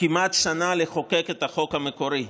כמעט שנה לחוקק את החוק המקורי.